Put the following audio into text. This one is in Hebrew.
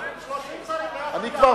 30 שרים לא יכולים, בכנסת.